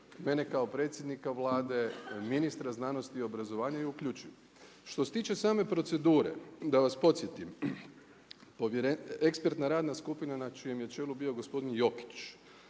mene kao predsjednika Vlade, ministra znanosti i obrazovanje je uključiv. Što se tiče same procedure, da vas podsjetim, ekspertna radna skupina na čijem je čelu bio gospodin Jokić